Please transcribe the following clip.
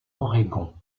oregon